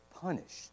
punished